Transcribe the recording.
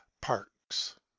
Parks